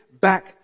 back